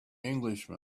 englishman